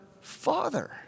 Father